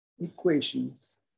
equations